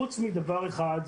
חוץ מדבר אחד,